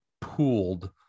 pooled